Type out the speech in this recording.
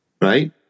right